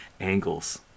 angles